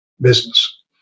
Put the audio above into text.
business